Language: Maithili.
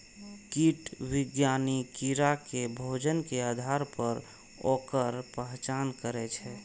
कीट विज्ञानी कीड़ा के भोजन के आधार पर ओकर पहचान करै छै